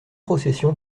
procession